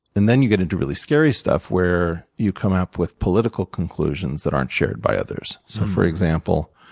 and then you get into really scary stuff, where you come up with political conclusions that aren't shared by others. so for example,